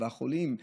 החולים,